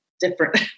different